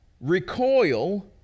recoil